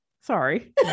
Sorry